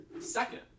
second